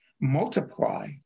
multiply